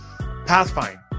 Pathfind